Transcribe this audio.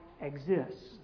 exists